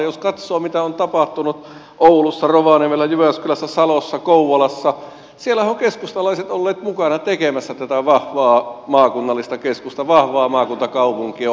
jos katsoo mitä on tapahtunut oulussa rovaniemellä jyväskylässä salossa kouvolassa niin siellähän ovat keskustalaiset olleet mukana tekemässä tätä vahvaa maakunnallista keskustan vahvaa maakuntakaupunkia